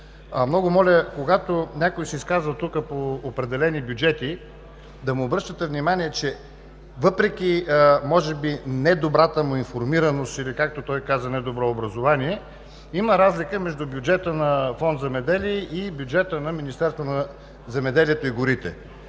Много моля, когато някой се изказва по определени бюджети, да му обръщате внимание, че въпреки може би недобрата му информираност, или както той каза: не добро образование, има разлика между бюджета на Фонд „Земеделие“ и бюджета на Министерството на земеделието, храните